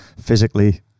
Physically